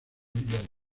millón